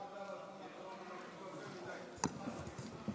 של הארגון העולמי שמאגד את כלל הפרלמנטים,